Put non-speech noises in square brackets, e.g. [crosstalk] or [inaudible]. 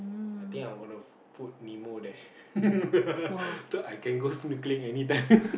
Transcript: I think I gonna put Nemo there [laughs] so I can go snorkeling anytime [laughs]